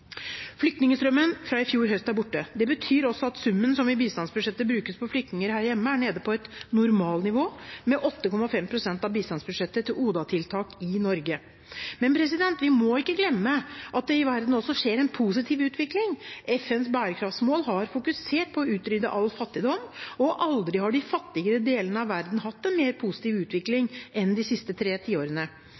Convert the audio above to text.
Flyktningstrømmen fra i fjor høst er borte. Det betyr også at summen som i bistandsbudsjettet brukes på flyktninger her hjemme, er nede på et «normalnivå», med 8,5 pst. av bistandsbudsjettet til ODA-tiltak i Norge. Men vi må ikke glemme at det i verden også skjer en positiv utvikling. FNs bærekraftsmål har fokusert på å utrydde all fattigdom, og aldri har de fattige delene av verden hatt en mer positiv utvikling enn i de siste tre tiårene.